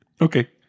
okay